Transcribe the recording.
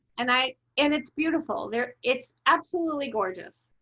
and i and it's beautiful there. it's absolutely gorgeous.